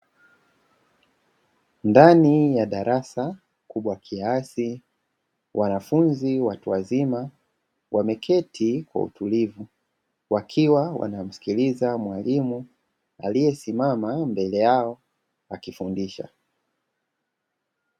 Ndani ya darasa kubwa kiasi wanafunzi watu wazima, wameketi kwa utulivu wakiwa wanamsikiliza mwalimu aliyesimama mbele yao akifundisha.